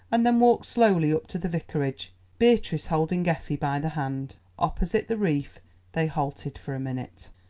and then walked slowly up to the vicarage, beatrice holding effie by the hand. opposite the reef they halted for a minute.